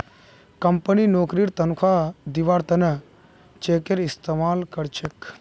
company नौकरीर तन्ख्वाह दिबार त न चेकेर इस्तमाल कर छेक